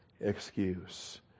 excuse